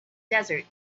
desert